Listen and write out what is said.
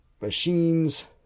Machines